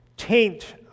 taint